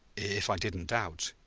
if i didn't doubt,